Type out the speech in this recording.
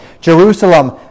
Jerusalem